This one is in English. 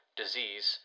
disease